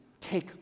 take